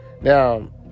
Now